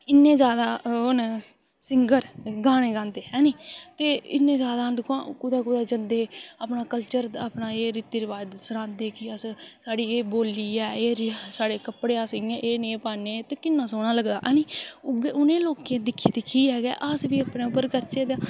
इ'न्ने ज्यादा ओह् न सिंगर गाने गांदे हैनी ते इ'न्ने ज्यादा न दिक्खो आं कुदै कुदै जंदे अपना कल्चर एह् अपना रीति रवाज़ सनांदे कि अस एह् साढ़ी बोल्ली ऐ एह् साढ़े कपड़े अस एह् नेह् पान्ने ते किन्ना सोह्ना लगदा हैनी उ'नें लोकें गी दिक्खी दिक्खियै गै अस बी अपने उप्पर करचै तां